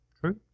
true